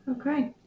Okay